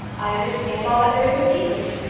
i understand all that very completely.